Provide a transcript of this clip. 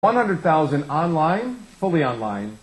100,000 ONLINE, FULLY ONLINE